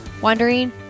wondering